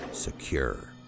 Secure